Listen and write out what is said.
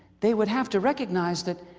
they would have to recognize that,